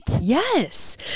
Yes